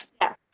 yes